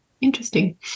Interesting